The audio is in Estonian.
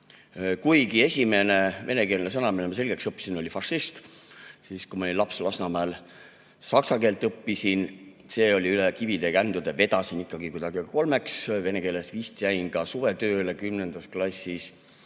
Kuigi esimene venekeelne sõna, mille ma selgeks õppisin, oli "fašist" – siis, kui ma olin laps Lasnamäel. Saksa keelt õppisin, see oli üle kivide ja kändude, vedasin ikkagi kuidagi kolmeks, vene keeles vist jäin ka suvetööle kümnendas klassis.